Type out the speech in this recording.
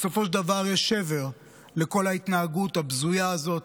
בסופו של דבר יש שבר בכל ההתנהגות הבזויה הזאת,